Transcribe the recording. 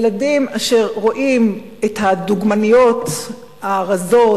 ילדים אשר רואים את הדוגמניות הרזות,